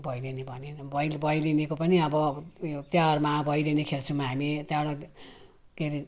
भैलेनी भने नि भै भैलेनीको पनि अब उयो तिहारमा भैलेनी खेल्छौँ हामी त्यहाँबाट के अरे